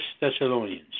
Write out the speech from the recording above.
Thessalonians